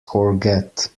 courgette